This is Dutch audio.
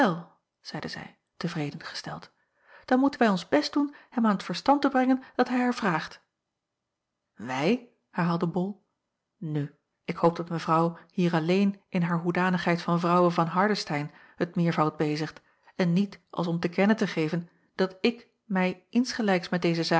zeide zij tevreden gesteld dan moeten wij ons best doen hem aan t verstand te brengen dat hij haar vraagt wij herhaalde bol nu ik hoop dat mevrouw hier alleen in haar hoedanigheid van vrouwe van hardestein het meervoud bezigt en niet als om te kennen te geven dat ik mij insgelijks met deze zaak